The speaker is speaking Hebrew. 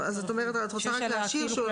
פועל.